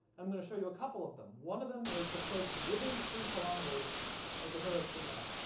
i'm going to show you a couple of them. one of them is the folks within three kilometers of the hiroshima.